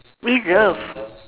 reserve